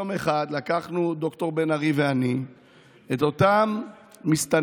יום אחד ד"ר בן ארי ואני לקחנו את אותם מסתננים,